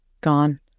gone